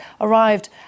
arrived